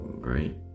great